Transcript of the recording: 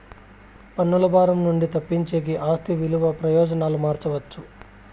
పన్నుల భారం నుండి తప్పించేకి ఆస్తి విలువ ప్రయోజనాలు మార్చవచ్చు